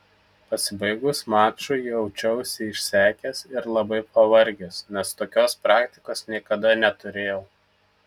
pasibaigus mačui jaučiausi išsekęs ir labai pavargęs nes tokios praktikos niekada neturėjau